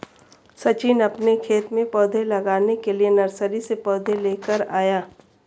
सचिन अपने खेत में पौधे लगाने के लिए नर्सरी से पौधे लेकर आया